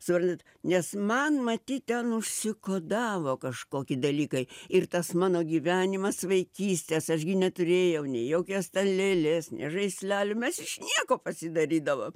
suprantat nes man matyt ten užsikodavo kažkoki dalykai ir tas mano gyvenimas vaikystės aš gi neturėjau nei jokios lėlės nė žaislelių mes iš nieko pasidarydavom